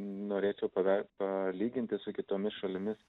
norėčiau pave palyginti su kitomis šalimis